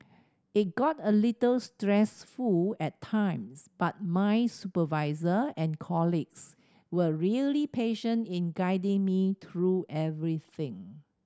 it got a little stressful at times but my supervisor and colleagues were really patient in guiding me through everything